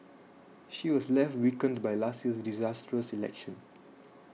she was left weakened by last year's disastrous election